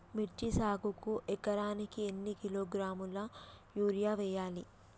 మిర్చి సాగుకు ఎకరానికి ఎన్ని కిలోగ్రాముల యూరియా వేయాలి?